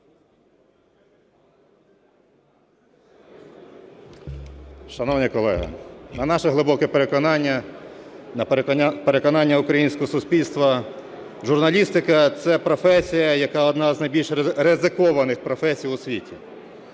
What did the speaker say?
Шановні колеги, на наше глибоке переконання, на переконання українського суспільства, журналістика – це професія, яка одна з найбільш ризикованих професій у світі.